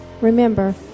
Remember